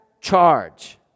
charge